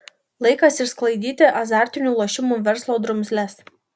laikas išsklaidyti azartinių lošimų verslo drumzles